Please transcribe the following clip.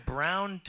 Brown